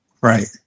Right